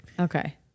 Okay